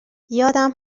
یادم